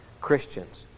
Christians